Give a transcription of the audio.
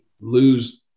lose